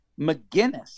McGinnis